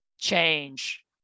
change